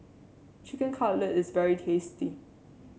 Chicken Cutlet is very tasty